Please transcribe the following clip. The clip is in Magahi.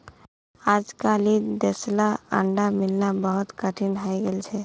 अजकालित देसला अंडा मिलना बहुत कठिन हइ गेल छ